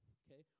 okay